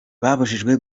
babujijwe